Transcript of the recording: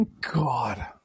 God